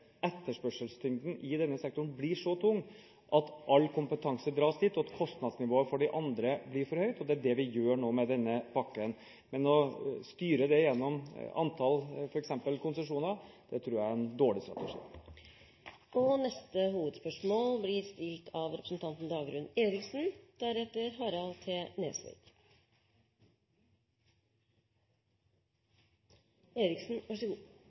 etterspørselstyngden i denne sektoren blir så stor at all kompetanse dras dit, og at kostnadsnivået for de andre blir for høyt. Det er det vi gjør nå med denne pakken. Men å styre det gjennom antall konsesjoner, f.eks., tror jeg er en dårlig strategi. Da går vi til neste hovedspørsmål.